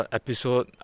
episode